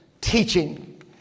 teaching